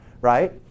right